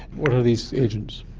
what are these agents?